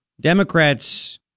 Democrats